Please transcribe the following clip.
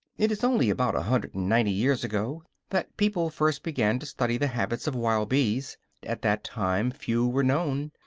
it is only about a hundred and ninety years ago that people first began to study the habits of wild bees at that time few were known,